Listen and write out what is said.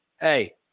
hey